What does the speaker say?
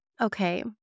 Okay